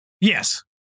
Yes